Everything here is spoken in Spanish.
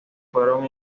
fueron